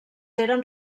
eren